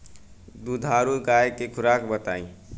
दुधारू गाय के खुराक बताई?